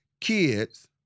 kids